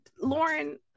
lauren